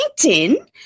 LinkedIn